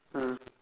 mm